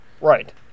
Right